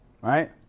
Right